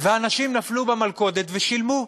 ואנשים נפלו במלכודת ושילמו.